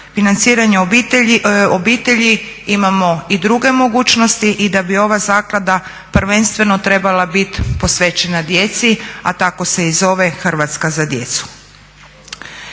financiranje obitelji imamo i druge mogućnosti i da bi ova zaklada prvenstveno trebala biti posvećena djeci a tako se i zove "Hrvatska za djecu".